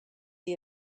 the